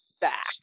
back